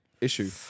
issue